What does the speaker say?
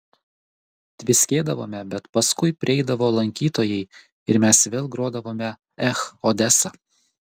tviskėdavome bet paskui prieidavo lankytojai ir mes vėl grodavome ech odesa